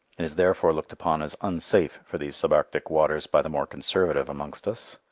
and is therefore looked upon as unsafe for these sub-arctic waters by the more conservative amongst us.